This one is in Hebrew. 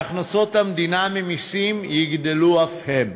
והכנסות המדינה ממסים יגדלו גם הן.